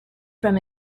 from